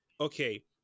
okay